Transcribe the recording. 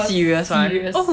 the first serious [one]